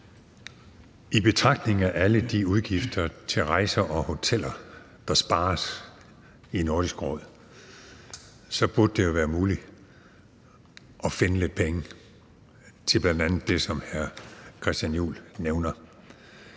I betragtning af alle de udgifter til rejser og hoteller, der spares i Nordisk Råd, burde det jo være muligt at finde lidt penge til bl.a. det, som hr. Christian Juhl nævner.